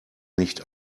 nicht